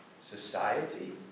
society